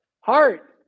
heart